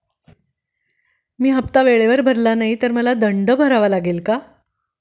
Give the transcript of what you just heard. मी हफ्ता वेळेवर भरला नाही तर मला दंड भरावा लागेल का?